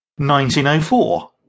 1904